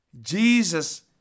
jesus